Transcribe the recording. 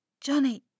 Johnny